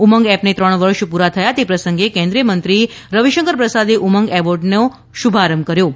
ઉમંગ એપને ત્રણ વર્ષ પૂરા થયા તે પ્રસંગે કેન્દ્રિય મંત્રી રવિશંકર પ્રસાદે ઉમંગ એવોર્ડનો શુભારંભ કર્યો છે